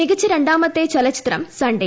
മികച്ച രണ്ടാമത്തെ ചലച്ചിത്രം സൺഡേ